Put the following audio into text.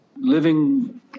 living